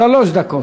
שלוש דקות.